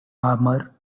armor